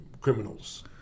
criminals